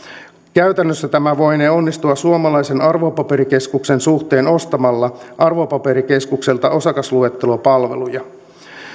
käytännössä tämä voinee onnistua suomalaisen arvopaperikeskuksen suhteen ostamalla arvopaperikeskukselta osakasluettelopalveluja